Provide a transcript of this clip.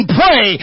pray